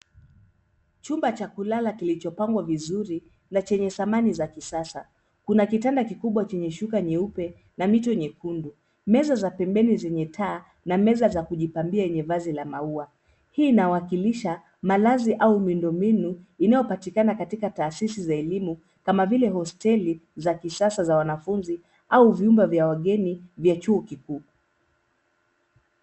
Chumba cha kulala kilichopangwa vizuri na chenye samani za kisasa. Kuna kitanda kikubwa kenye shuka nyeupe na mito nyekundu na meza pembeni zenye taa na meza za kujipambia zenye maua. Hii inawakilisha malazi au miundombinu inayopatikana katika taasisi za elimu kama vile hosteli za kisasa za wanafunzi au vyumba vya wageni vya chuo kikuu.